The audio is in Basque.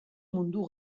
mundu